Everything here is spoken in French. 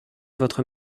votre